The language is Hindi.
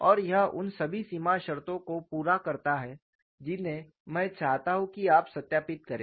और यह उन सभी सीमा शर्तों को पूरा करता है जिन्हें मैं चाहता हूं कि आप सत्यापित करें